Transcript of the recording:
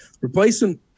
replacing